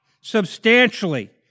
substantially